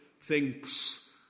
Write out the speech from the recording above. thinks